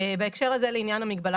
בהקשר הזה לעניין המגבלה